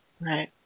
Right